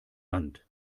wand